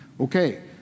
okay